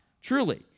truly